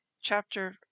chapter